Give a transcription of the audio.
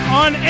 on